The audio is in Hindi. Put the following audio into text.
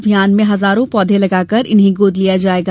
अभियान में हजारों पौधे लगाकर इन्हें गोद लिया जायेगा